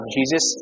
Jesus